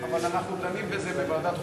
אבל אנחנו דנים בזה בוועדת החוץ והביטחון.